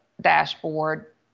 dashboard